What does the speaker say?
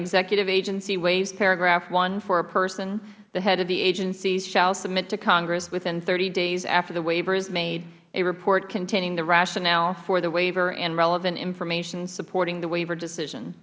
executive agency waives paragraph one for a person the head of the agency shall submit to congress within thirty days after the waiver is made a report containing the rationale for the waiver and relevant information supporting the waiver decision